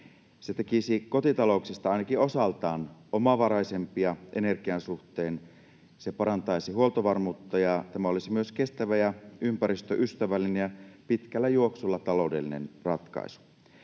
Se tekisi kotitalouksista ainakin osaltaan omavaraisempia energian suhteen. Se parantaisi huoltovarmuutta, ja tämä olisi myös kestävä ja ympäristöystävällinen ja pitkällä juoksulla taloudellinen ratkaisu.